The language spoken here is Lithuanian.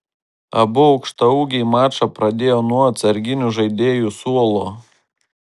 abu aukštaūgiai mačą pradėjo nuo atsarginių žaidėjų suolo